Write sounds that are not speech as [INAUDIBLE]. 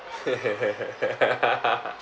[LAUGHS]